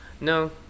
No